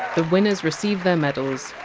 the winners receive their medals,